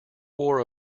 wore